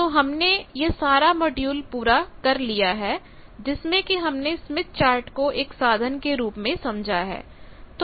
तो हमने यह सारा मॉड्यूल पूरा कर लिया है जिसमें कि हमने स्मिथ चार्ट को एक साधन के रूप में समझा है